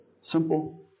simple